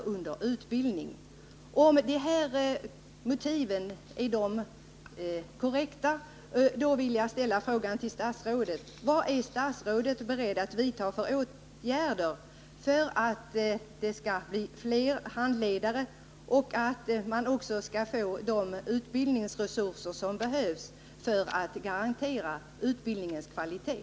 Om det är riktigt att detta är motiven vill jag fråga statsrådet: Vad är statsrådet beredd att vidta för åtgärder för att vi skall få fler handledare och de utbildningsresurser som behövs för att man skall kunna garantera utbildningens kvalitet?